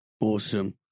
Awesome